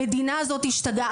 המדינה הזאת השתגעה.